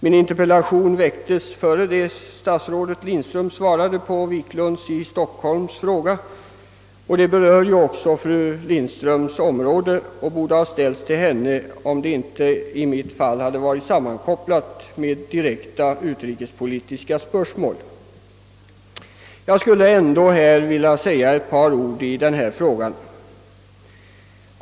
Min interpellation väcktes innan statsrådet Lindström svarade på herr Wiklunds i Stockholm fråga angående flyktingproblemen. Detta problem ligger inom statsrådet Lindströms område, och jag skulle ha riktat min fråga till henne, om den inte varit direkt sammankopplad med utrikespolitiska spörsmål. Trots att vi alltså nyligen haft en debatt i denna fråga, skulle jag vilja säga ett par ord om den.